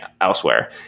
elsewhere